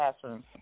classrooms